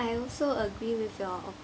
I also agree with your